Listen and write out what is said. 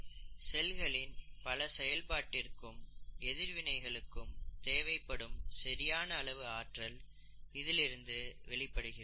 செல்களின் பல செயல்பாட்டிற்கும் எதிர்வினைகளுக்கும் தேவைப்படும் சரியான அளவு ஆற்றல் இதிலிருந்து வெளிப்படுகிறது